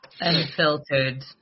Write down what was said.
Unfiltered